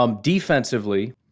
Defensively